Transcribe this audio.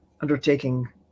undertaking